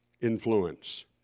influence